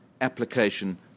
application